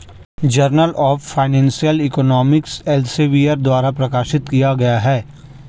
journal of financial economics Elsevier द्वारा प्रकाशित किया गया हैं